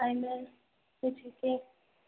एहिमे होइ छै कि